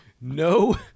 no